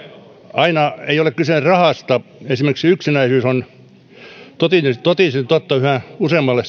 aina ei ole kyse rahasta esimerkiksi yksinäisyys on totisinta totta yhä useammalle